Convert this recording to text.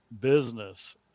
business